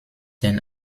den